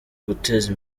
guteza